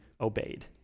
obeyed